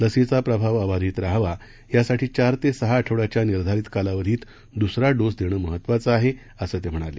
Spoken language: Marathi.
लसीचा प्रभाव अबाधित राहावा यासाठी चार ते सहा आठवड्याच्या निर्धारित कालावधीत दूसरा डोस देणं महत्वाचं आहे असं ते म्हणाले